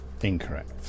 Incorrect